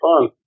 fun